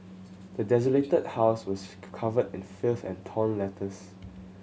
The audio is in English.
the desolated house was covered in filth and torn letters